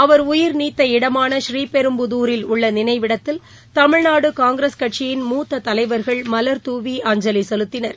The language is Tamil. அவர் உயிர்நீத்த இடமான ஸ்ரீபெரும்புதூரில் உள்ள நினைவிடத்தில் தமிழ்நாடு காங்கிரஸ் கட்சியின மூத்த தலைவர்கள் மலர்தூவி அஞ்சலி செலுத்தினர்